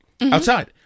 outside